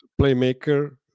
playmaker